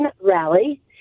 rally